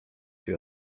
się